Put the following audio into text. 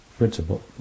Principle